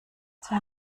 zwei